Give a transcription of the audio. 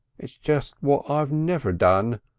it's just what i've never done.